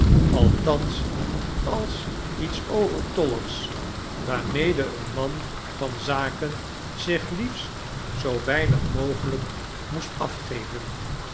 althans als iets overtolligs waarmede een man van zaken zich liefst zoo weinig mogelyk moest afgeven